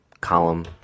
column